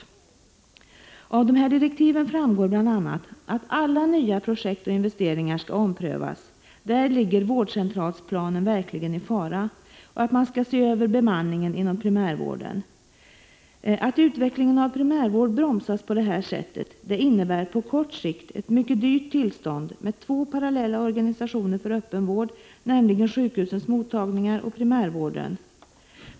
ZZ—HGAH-H Om indragningarna av Av direktiven framgår bl.a. att alla nya projekt och investeringar skall s omprövas — då ligger vårdcentralsplanen verkligen i fara — och att man skall se kommunala medel till staten Att utvecklingen av primärvården bromsas på detta sätt innebär på kort sikt ett mycket dyrt tillstånd med två parallella organisationer för öppenvård, nämligen sjukhusens mottagningar och primärvården.